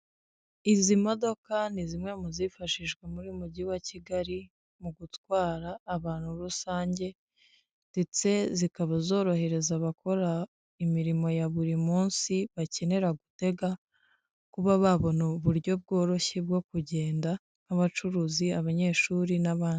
Izi modoka ni zimwe mu zifashishwa muri uyu mujyi wa Kigali mu gutwara abantu rusange, ndetse zikaba zorohereza abakora imirimo ya buri munsi bakenera gutega, kuba babona uburyo bworoshye bwo kugenda, nk'abacuruzi, abanyeshuri n'abandi.